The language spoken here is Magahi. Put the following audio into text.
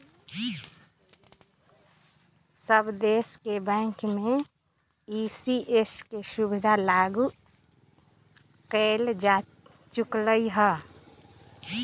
सब देश के बैंक में ई.सी.एस के सुविधा लागू कएल जा चुकलई ह